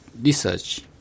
research